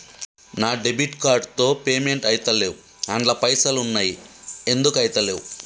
నా debit card తో payment ఐతలేవ్ అండ్ల పైసల్ ఉన్నయి ఎందుకు ఐతలేవ్?